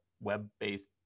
web-based